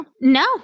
No